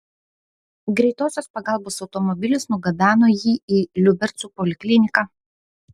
greitosios pagalbos automobilis nugabeno jį į liubercų polikliniką